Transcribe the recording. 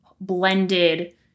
blended